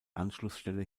anschlussstelle